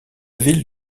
ville